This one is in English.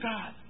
God